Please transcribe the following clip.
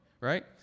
right